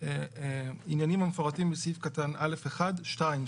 "עניינים המפורטים בסעיף א(1)(2)...",